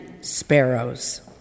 sparrows